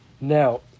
Now